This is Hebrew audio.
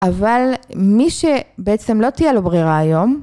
אבל מי שבעצם לא תהיה לו ברירה היום